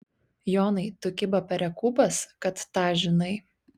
jonai tu kiba perekūpas kad tą žinai